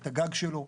את הגג שלו,